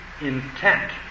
intent